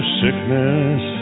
sickness